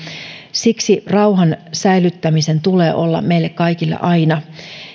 siksi rauhan säilyttämisen tulee olla meille kaikille aina